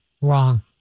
wrong